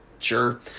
sure